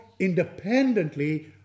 Independently